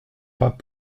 pas